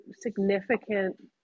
significant